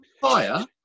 fire